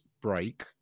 break